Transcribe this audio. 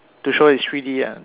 to show it's three-D lah